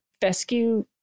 Fescue